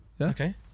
Okay